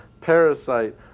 Parasite